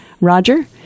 Roger